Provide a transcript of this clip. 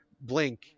blink